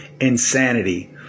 insanity